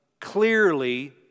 clearly